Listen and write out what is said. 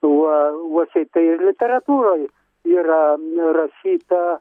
uo uo šiaip tai ir literatūroj yra rašyta